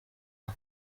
aha